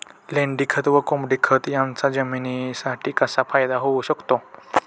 लेंडीखत व कोंबडीखत याचा जमिनीसाठी कसा फायदा होऊ शकतो?